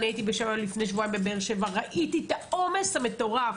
אני הייתי לפני שבועיים בבאר-שבע וראיתי את העומס המטורף,